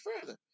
further